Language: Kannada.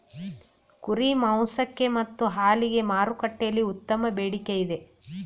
ಕುರಿ ಮಾಂಸಕ್ಕೆ ಮತ್ತು ಹಾಲಿಗೆ ಮಾರುಕಟ್ಟೆಯಲ್ಲಿ ಉತ್ತಮ ಬೇಡಿಕೆ ಇದೆ